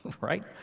right